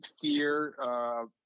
fear